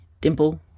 dimple